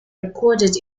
recorded